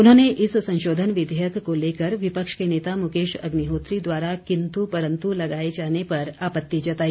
उन्होंने इस संशोधन विधेयक को लेकर विपक्ष के नेता मुकेश अग्निहोत्री द्वारा किन्तु परन्तु लगाए जाने पर आपत्ति जताई